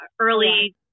early